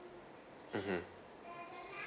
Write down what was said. mmhmm